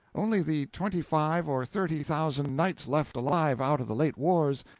only the twenty-five or thirty thousand knights left alive out of the late wars,